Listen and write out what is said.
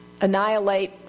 annihilate